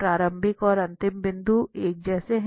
प्रारम्भिक और अंतिम बिंदु एक जैसे हैं